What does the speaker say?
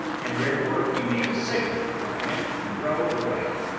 and therefore we made a signal to our men to row away,